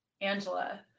Angela